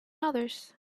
others